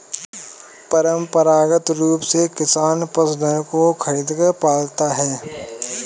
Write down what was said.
परंपरागत रूप से किसान पशुधन को खरीदकर पालता है